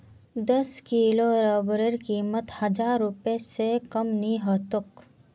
दस किलो रबरेर कीमत हजार रूपए स कम नी ह तोक